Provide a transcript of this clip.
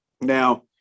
Now